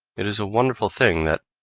it is a wonderful thing that,